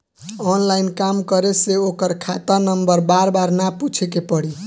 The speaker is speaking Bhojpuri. ऑनलाइन काम करे से ओकर खाता नंबर बार बार ना पूछे के पड़ी